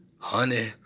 honey